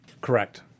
correct